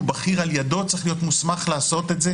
בכיר על ידו צריך להיות מוסמך לעשות את זה,